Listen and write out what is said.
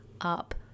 up